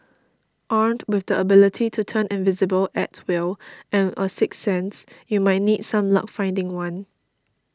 armed with the ability to turn invisible at will and a sixth sense you might need some luck finding one